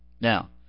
Now